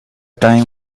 time